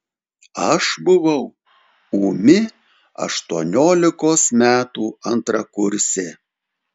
aš buvau ūmi aštuoniolikos metų antrakursė